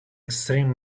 extreme